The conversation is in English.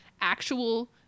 actual